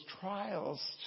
trials